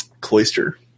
Cloister